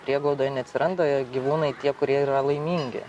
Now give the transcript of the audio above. prieglaudoje neatsiranda gyvūnai tie kurie yra laimingi